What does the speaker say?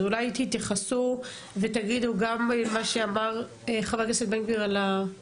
אז אולי תתייחסו ותגידו גם למה שאמר ח"כ בן גביר על ה- -- להצתות.